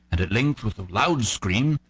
and at length, with a loud scream,